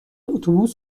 اتوبوس